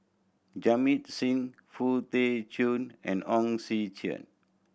Jamit Singh Foo Tee Jun and Hong Sek Chern